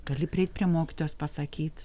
gali prieit prie mokytojos pasakyt